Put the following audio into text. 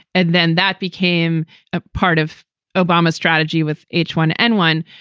and then that became a part of obama's strategy with h one n one.